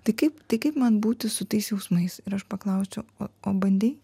tai kaip tai kaip man būti su tais jausmais ir aš paklausčiau o o bandei